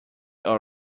all